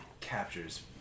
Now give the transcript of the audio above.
captures